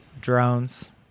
drones